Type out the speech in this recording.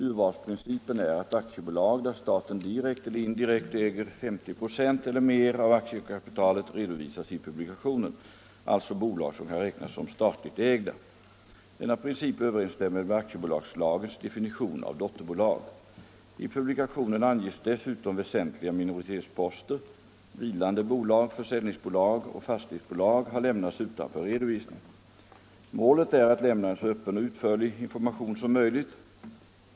Urvalsprincipen är att aktiebolag, där staten direkt eller indirekt äger 50 26 eller mer av aktiekapitalet redovisas i publikationen, alltså bolag som kan räknas som statligt ägda. Denna princip överensstämmer med aktiebolagslagens definition av dotterbolag. I publikationen anges dessutom väsentliga minoritetsposter. Vilande bolag, försäljningsbolag och fastighetsbolag har lämnats utanför redovisningen. Målet är att lämna en så öppen och utförlig information som möjligt.